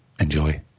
Enjoy